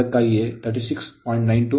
ಅದಕ್ಕಾಗಿಯೇ 36